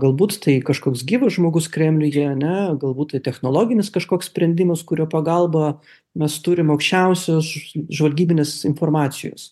galbūt tai kažkoks gyvas žmogus kremliuje ane galbūt tai technologinis kažkoks sprendimas kurio pagalba mes turim aukščiausios žvalgybinės informacijos